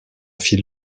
fit